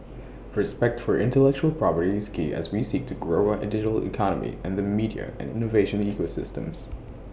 respect for intellectual property is key as we seek to grow our digital economy and the media and innovation ecosystems